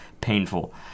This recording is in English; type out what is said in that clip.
painful